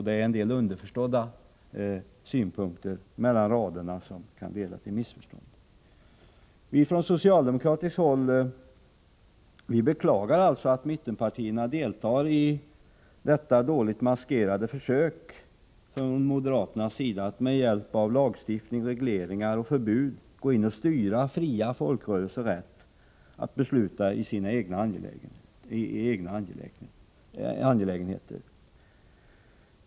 Det är en del underförstådda synpunkter, som man kan läsa mellan raderna och som kan förorsaka missförstånd. Från socialdemokratiskt håll beklagar vi att mittenpartierna deltar i detta dåligt maskerade försök från moderaternas sida att med hjälp av lagstiftning, regleringar och förbud gå in och styra fria folkrörelsers rätt att besluta i egna angelägenheter.